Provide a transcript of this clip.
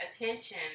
attention